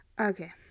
Okay